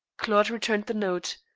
claude returned the note.